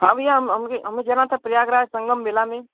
हाँ भैया हमें जाना था प्रयागराज संगम मेला में